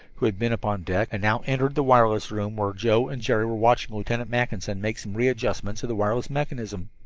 who had been upon deck, and now entered the wireless room where joe and jerry were watching lieutenant mackinson make some readjustments of the wireless mechanism.